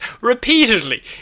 repeatedly